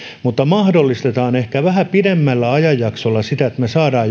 mutta mahdollistetaan ehkä vähän pidemmällä ajanjaksolla sitä että me saamme